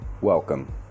welcome